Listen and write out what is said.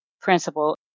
principle